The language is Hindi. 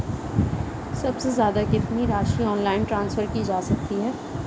सबसे ज़्यादा कितनी राशि ऑनलाइन ट्रांसफर की जा सकती है?